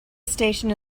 station